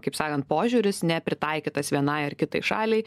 kaip sakant požiūris nepritaikytas vienai ar kitai šaliai